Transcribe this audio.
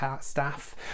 staff